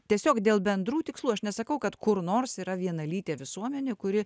tiesiog dėl bendrų tikslų aš nesakau kad kur nors yra vienalytė visuomenė kuri